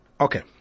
Okay